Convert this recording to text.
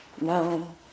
no